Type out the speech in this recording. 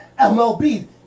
MLB